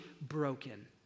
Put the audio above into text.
broken